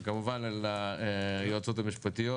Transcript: וכמובן, ליועצות המשפטיות